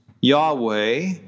Yahweh